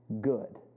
good